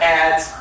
ads